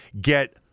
Get